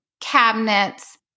cabinets